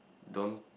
don't